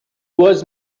was